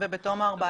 ובתום ה-14?